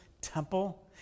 temple